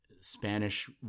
Spanish